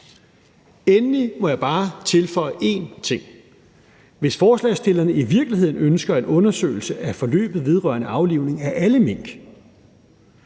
Endelig må jeg bare tilføje en ting: Hvis forslagsstillerne i virkeligheden ønsker en undersøgelse af forløbet vedrørende aflivning af alle mink,